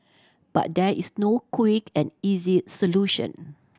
but there is no quick and easy solution